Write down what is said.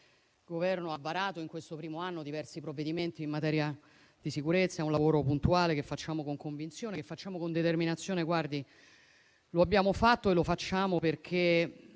il Governo ha varato, in questo primo anno, diversi provvedimenti in materia di sicurezza. È un lavoro puntuale che facciamo con convinzione e determinazione. Lo abbiamo fatto e lo facciamo perché